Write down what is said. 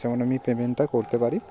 যেন আমি পেমেন্টটা করতে পারি